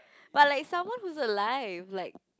but like someone who's alive like